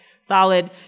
solid